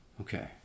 okay